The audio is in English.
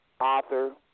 author